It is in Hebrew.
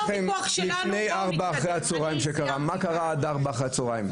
מה קרה עד 4 אחר הצוהריים?